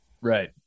Right